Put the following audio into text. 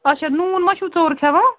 اَچھا نوٗن ما چھِو ژوٚر کھٮ۪وان